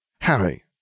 Harry